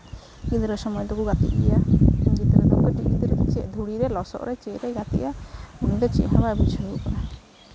ᱜᱤᱫᱽᱨᱟᱹ ᱥᱚᱢᱚᱭ ᱫᱚᱠᱚ ᱜᱟᱛᱮᱜ ᱜᱮᱭᱟ ᱜᱤᱫᱽᱨᱟᱹ ᱫᱚ ᱠᱟᱹᱴᱤᱡ ᱜᱤᱫᱽᱨᱟᱹ ᱫᱚ ᱪᱮᱫ ᱫᱷᱩᱲᱤ ᱨᱮ ᱞᱚᱥᱚᱫ ᱨᱮ ᱪᱮᱫ ᱨᱮ ᱜᱟᱛᱮᱜᱼᱟ ᱩᱱᱤ ᱫᱚ ᱪᱮᱫ ᱦᱚᱸ ᱵᱟᱭ ᱵᱩᱡᱷᱟᱹᱣ ᱠᱟᱫᱟ